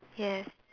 yes